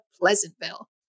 Pleasantville